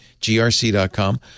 grc.com